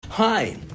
Hi